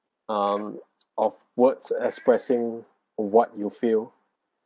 um of words expressing of what you feel